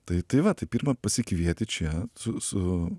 tai tai va tai pirma pasikvieti čia su su